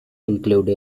include